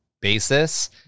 basis